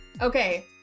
Okay